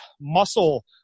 muscle